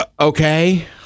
okay